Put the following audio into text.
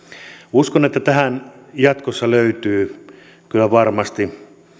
uskon että tähän jatkossa löytyy kyllä varmasti